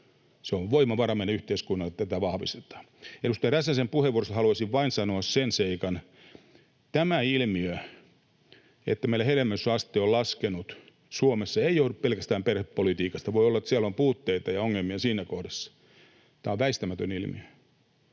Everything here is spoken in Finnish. Se on voimavara meidän yhteiskunnallemme, että tätä vahvistetaan. Edustaja Räsäsen puheenvuorosta haluaisin vain sanoa sen seikan, että tämä ilmiö, että meillä hedelmällisyysaste on laskenut Suomessa, ei johdu pelkästään perhepolitiikasta — voi olla, että siinä kohdassa on puutteita ja ongelmia. Tämä on väistämätön ilmiö.